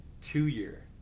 two-year